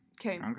Okay